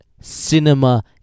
cinema